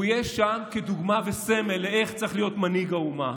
והוא יהיה שם כדוגמה וסמל לאיך צריך להיות מנהיג האומה,